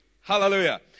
Hallelujah